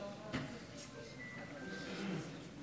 מישרקי,